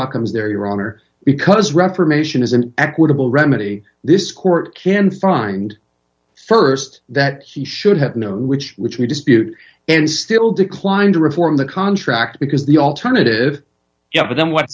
outcomes there your honor because reformation is an equitable remedy this court can find st that he should have known which which we dispute and still declined to reform the contract because the alternative yeah but then what